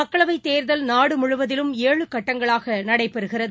மக்களவைதேர்தல் நாடுமுழுவதிலும் ஏழு கட்டங்களாகநடைபெறுகிறது